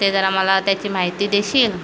ते जरा मला त्याची माहिती देशील